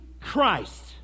Christ